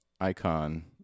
Icon